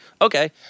Okay